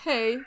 Hey